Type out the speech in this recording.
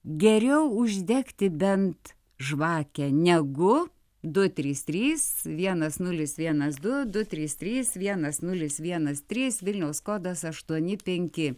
geriau uždegti bent žvakę negu du trys trys vienas nulis vienas du du trys trys vienas nulis vienas trys vilniaus kodas aštuoni penki